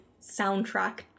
soundtrack